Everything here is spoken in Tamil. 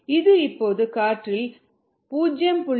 இது இப்போது காற்றில் 0